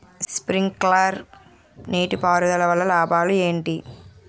Sprinkler నీటిపారుదల వల్ల లాభాలు ఏంటి?